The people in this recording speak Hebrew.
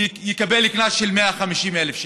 הוא יקבל קנס של 150,000 שקל.